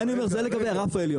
זה לגבי הרף העליון.